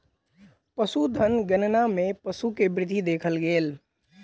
पशुधन गणना मे पशु के वृद्धि देखल गेल